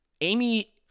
Amy